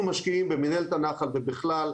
אנחנו משקיעים במנהלת הנחל ובכלל,